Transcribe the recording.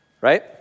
Right